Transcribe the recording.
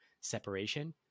separation